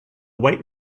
white